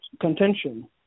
contention